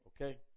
Okay